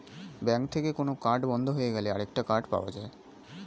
bank থেকে কোন card বন্ধ হয়ে গেলে আরেকটা কার্ড পাওয়া যায়